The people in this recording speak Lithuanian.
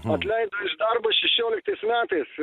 atleido iš darbo šešioliktais metais